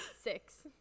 six